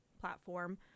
platform